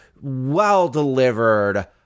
well-delivered